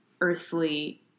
earthly